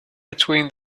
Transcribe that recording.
between